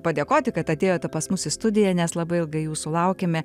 padėkoti kad atėjote pas mus į studiją nes labai ilgai jūsų laukėme